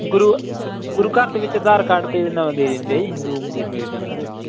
ਗੁਰੂ ਗੁਰੂ ਘਰ ਦੇ ਵਿੱਚ ਆਧਾਰ ਕਾਰਡ 'ਤੇ ਨਵਾਂ ਦੇ ਦਿੰਦੇ ਹੈ ਜੀ ਰੂਮ ਦੇ ਮਿਲ ਜਾਂਦਾ